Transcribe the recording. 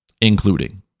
including